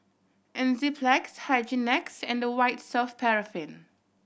Enzyplex Hygin X and White Soft Paraffin